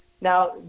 Now